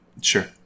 Sure